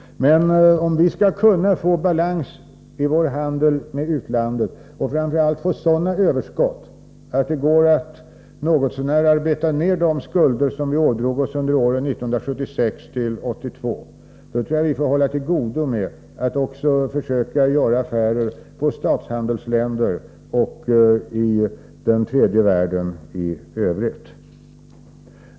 Men om vi skall kunna få balans i vår handel med utlandet och framför allt få sådana överskott att det går att något så när arbeta ner de skulder som vi ådrog oss under åren 1976-1982, då tror jag vi får hålla till godo med att också försöka göra affärer på statshandelsländer och länder i tredje världen i övrigt.